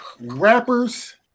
rappers